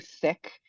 thick